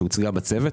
שהוצגה בצוות,